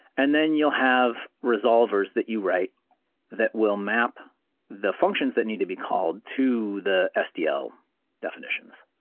and then you'll have resolvers that you write that will map the functions that need to be called to the sdl definitions.